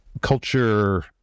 culture